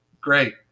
great